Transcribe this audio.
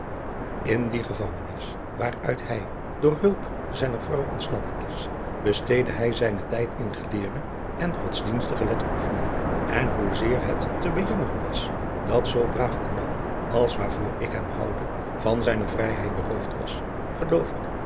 in die gevangenis waaruit hij door hulp zijner vrouw ontsnapt is besteedde hij zijnen tijd in geleerde en godsdienstige letteröefeningen en hoezeer het te bejammereu was dat zoo braaf een man als waarvoor ik hem houde van zijne vrijheid beroofd was geloof ik